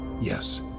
Yes